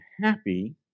happy